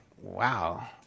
wow